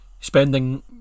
spending